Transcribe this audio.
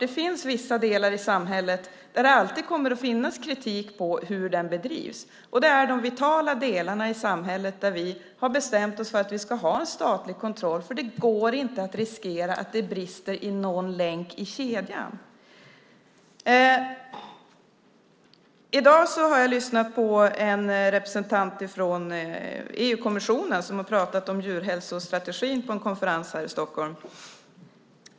Det finns delar av samhället där det alltid kommer att finnas kritik mot hur verksamheten bedrivs. Det gäller de vitala delarna av samhället där vi har bestämt oss för att vi ska ha en statlig kontroll eftersom man inte kan riskera att det brister i någon del i kedjan. Jag har i dag lyssnat på en representant från EU-kommissionen som har talat om djurhälsostrategin på en konferens här i Stockholm.